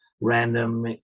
random